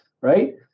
right